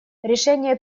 решения